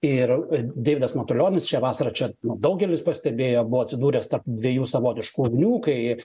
ir deividas matulionis šią vasarą čia daugelis pastebėjo buvo atsidūręs tarp dviejų savotiškų ugnių kai